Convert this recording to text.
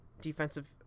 defensive